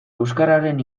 euskararen